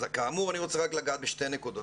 כאמור, אני רוצה לגעת בשתי נקודות.